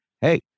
Hey